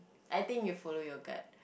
I think you follow your gut